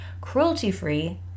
cruelty-free